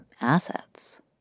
assets